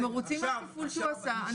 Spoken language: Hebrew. אנחנו מרוצים מהתפעול שהוא עשה,